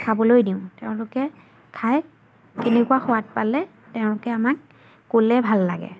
খাবলৈ দিওঁ তেওঁলোকে খাই কেনেকুৱা সোৱাদ পালে তেওঁলোকে আমাক ক'লে ভাল লাগে